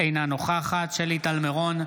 אינה נוכחת שלי טל מירון,